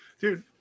dude